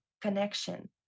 connection